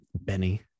Benny